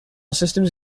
systems